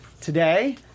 today